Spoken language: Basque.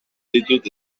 ditut